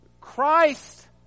Christ